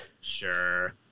Sure